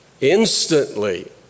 instantly